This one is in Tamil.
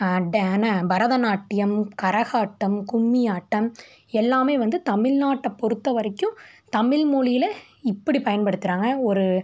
ட ன பரதநாட்டியம் கரகாட்டம் கும்மியாட்டம் எல்லாமே வந்து தமிழ்நாட்டைப் பொறுத்தவரைக்கும் தமிழ்மொழியில் இப்படி பயன்படுத்துகிறாங்க ஒரு